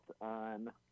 on